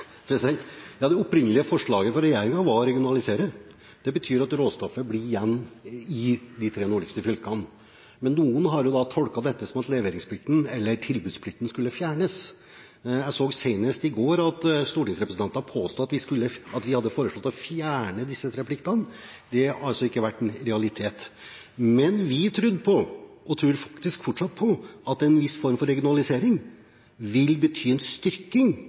forslaget fra regjeringen var å regionalisere. Det betyr at råstoffet blir igjen i de tre nordligste fylkene. Men noen har tolket det som at tilbudsplikten skulle fjernes. Jeg så senest i går at stortingsrepresentanter påsto at vi hadde foreslått å fjerne disse tre pliktene. Det er ikke en realitet. Men vi trodde og tror faktisk fortsatt at en viss form for regionalisering vil bety en styrking